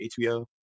HBO